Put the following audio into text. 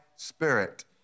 Spirit